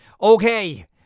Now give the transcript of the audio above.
okay